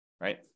right